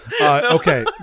Okay